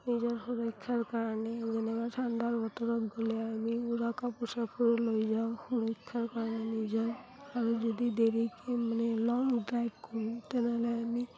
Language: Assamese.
নিজৰ সুৰক্ষাৰ কাৰণে যেনেকুৱা ঠাণ্ডাৰ বতৰত গ'লে আমি উৰা কাপোৰ চাপোৰ লৈ যাওঁ সুৰক্ষাৰ কাৰণে নিজৰ আৰু যদি দেৰিকৈ মানে লং ড্ৰাইভ কৰোঁ তেনেহ'লে আমি